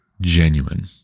genuine